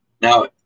now